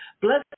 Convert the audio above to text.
Bless